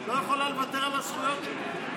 לא יכולה לוותר על הזכויות שלי.